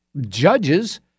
judges